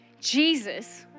Jesus